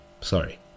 Sorry